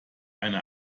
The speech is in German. eine